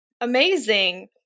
amazing